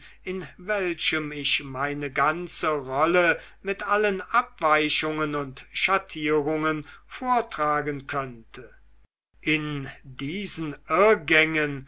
in welchem ich meine ganze rolle mit allen abweichungen und schattierungen vortragen könnte in diesen